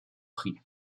prix